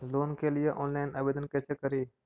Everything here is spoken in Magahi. लोन के लिये ऑनलाइन आवेदन कैसे करि?